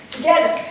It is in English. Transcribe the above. Together